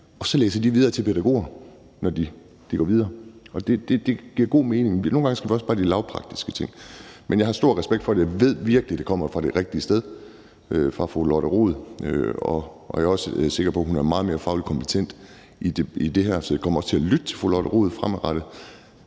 og så læser de videre til pædagoger, når de går videre. Det giver god mening. Nogle gange skal vi også bare ordne de lavpraktiske ting. Jeg har stor respekt for det, og jeg ved virkelig, at det kommer fra det rigtige sted fra fru Lotte Rod. Jeg er også sikker på, at hun er meget mere fagligt kompetent i det her. Så jeg kommer også til at lytte til fru Lotte Rod fremadrettet.